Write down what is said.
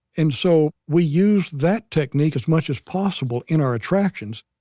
and so we use that technique as much as possible in our attractions.